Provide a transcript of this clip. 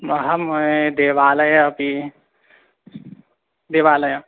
अहं देवालयः अपि देवालयः